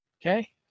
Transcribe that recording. Okay